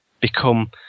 become